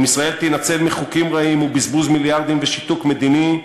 אם ישראל תינצל מחוקים רעים ומבזבוז מיליארדים ומשיתוק מדיני,